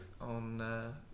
on